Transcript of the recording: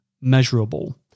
measurable